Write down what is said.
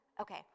Okay